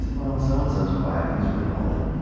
well, so-and-so's quiet. and he's really holy.